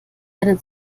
eine